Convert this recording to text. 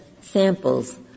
samples